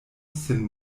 sin